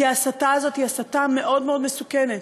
כי ההסתה הזאת היא הסתה מאוד מאוד מסוכנת.